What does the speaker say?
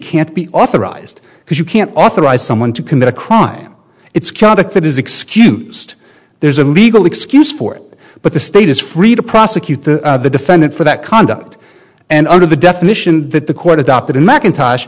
can't be authorized because you can't authorize someone to commit a crime it's conduct it is excused there's a legal excuse for it but the state is free to prosecute the defendant for that conduct and under the definition that the court adopted in mackintosh